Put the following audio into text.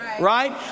right